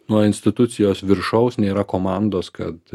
nuo institucijos viršaus nėra komandos kad